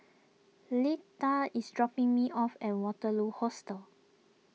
Litha is dropping me off at Waterloo Hostel